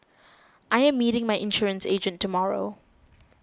I am meeting my insurance agent tomorrow